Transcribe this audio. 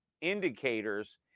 indicators